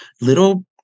little